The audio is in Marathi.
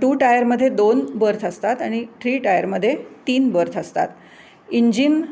टू टायरमधे दोन बर्थ असतात आणि थ्री टायरमधे तीन बर्थ असतात इंजिन